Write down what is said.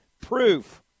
proof